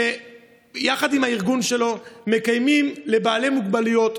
שיחד עם הארגון שלו מקיים לבעלי מוגבלויות,